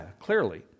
clearly